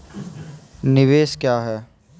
निवेश क्या है?